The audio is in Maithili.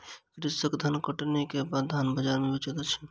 कृषक धानकटनी के बाद धान बजार में बेचैत अछि